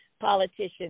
politicians